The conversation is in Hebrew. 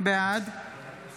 בעד אלמוג